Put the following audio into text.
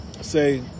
say